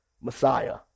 Messiah